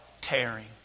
tearing